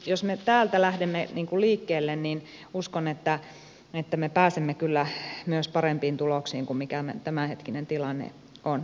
jos me täältä lähdemme liikkeelle niin uskon että me pääsemme kyllä myös parempiin tuloksiin kuin mikä tämänhetkinen tilanne on